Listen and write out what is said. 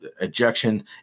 ejection